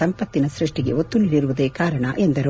ಸಂಪತ್ತಿನ ಸೃಷ್ಟಿಗೆ ಒತ್ತು ನೀಡಿರುವುದೇ ಕಾರಣ ಎಂದರು